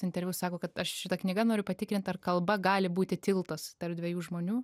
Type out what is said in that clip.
interviu sako kad aš šita knyga noriu patikrint ar kalba gali būti tiltas tarp dviejų žmonių